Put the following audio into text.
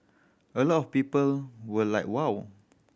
a lot of people were like wow